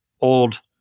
old